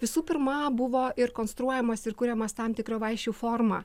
visų pirma buvo ir konstruojamas ir kuriamas tam tikra vaišių forma